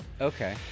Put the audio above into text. okay